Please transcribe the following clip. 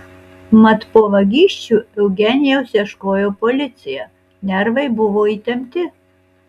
mat po vagysčių eugenijaus ieškojo policija nervai buvo įtempti